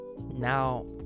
now